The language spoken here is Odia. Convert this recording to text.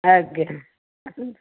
ଆଜ୍ଞା ଆସନ୍ତୁ